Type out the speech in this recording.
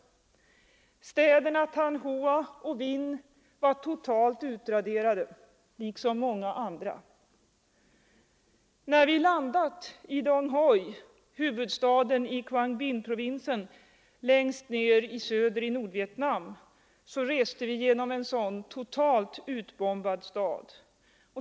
Städerna Than Hoa och Vinh var totalt utraderade liksom många andra. När vi landade i Dong Hoi, huvudstaden i Quang Binh-provinsen längst ned i söder i Nordvietnam, reste vi genom en sådan totalt utbombad stad.